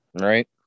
right